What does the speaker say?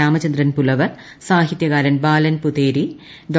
രാമചന്ദ്ര പുലവർ സാഹിത്യകാരൻ ബാലൻ പുതേരി ഡോ